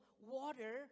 water